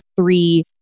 three